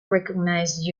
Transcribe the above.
recognise